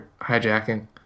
hijacking